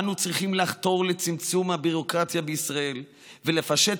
אנו צריכים לחתור לצמצום הביורוקרטיה בישראל ולפשט